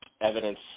evidence